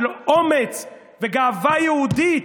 היו לו אומץ וגאווה יהודית,